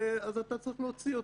ואז אתה צריך להוציא אותם.